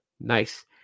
Nice